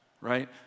right